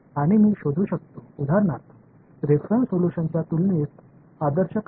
आणि मी शोधू शकतो उदाहरणार्थ रेफरन्स सोल्यूशनच्या तुलनेत आदर्श काय आहेत